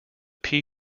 pea